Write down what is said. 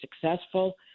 successful